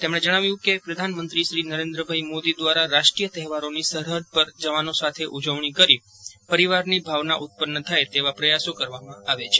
તેમણે જણાવ્યું કે પ્રધાનમંત્રી નરેન્દ્રભાઇ મોદી દ્વારા રાષ્ટ્રીય તહેવારોની સરહૃદ પર જવાનો સાથે ઉજવણી કરી પરિવારની ભાવના ઉત્પન્ન થાય તેવા પ્રયાસો કરવામાં આવે છે